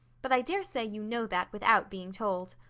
but i dare say you know that without being told.